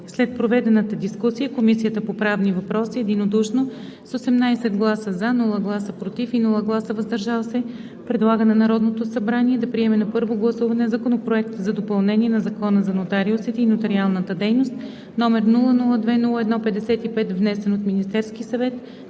След проведената дискусия Комисията по правни въпроси единодушно с 18 гласа „за“, без „против“ и „въздържал се“ предлага на Народното събрание да приеме на първо гласуване Законопроект за допълнение на Закона за нотариусите и нотариалната дейност, № 002-01-55, внесен от Министерския съвет